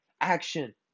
action